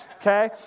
okay